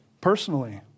personally